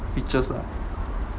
features ah